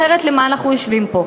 אחרת למה אנחנו יושבים פה?